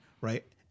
right